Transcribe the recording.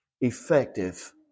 effective